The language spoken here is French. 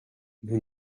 nous